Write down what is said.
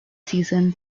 season